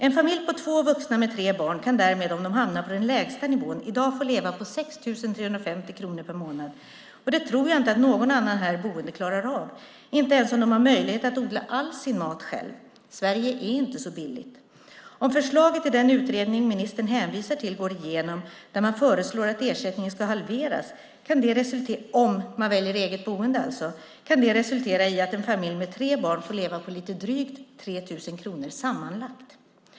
En familj på två vuxna och tre barn kan därmed, om de hamnar på den lägsta nivån, i dag få leva på 6 350 kronor per månad. Det tror jag inte att någon annan här boende klarar av, inte ens om de har möjlighet att odla all sin mat själva. Sverige är inte så billigt. Om förslaget i den utredning ministern hänvisar till går igenom, där man föreslår att ersättningen ska halveras för den som väljer eget boende, kan det resultera i att en familj med tre barn får leva på lite drygt 3 000 kronor sammanlagt.